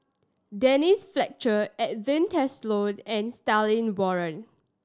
Denise Fletcher Edwin Tessensohn and Stanley Warren